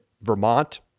Vermont